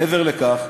מעבר לכך,